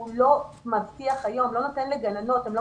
הוא לא מבטיח היום ולא נותן לגננות והן לא